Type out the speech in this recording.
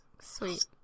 sweet